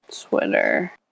Twitter